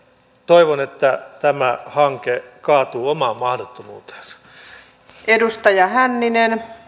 toivon että tämä hanke kaatuu omaan mahdottomuuteensa